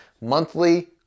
monthly